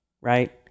right